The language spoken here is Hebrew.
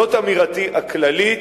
זאת אמירתי הכללית.